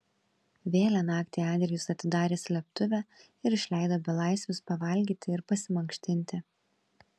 vėlią naktį andrejus atidarė slėptuvę ir išleido belaisvius pavalgyti ir pasimankštinti